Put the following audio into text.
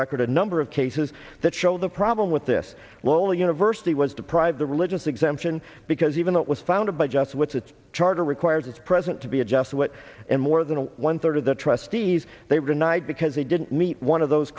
record a number of cases that show the problem with this lol university was deprive the religious exemption because even though it was founded by just what's its charter requires its present to be a just what and more than one third of the trustees they were denied because they didn't meet one of those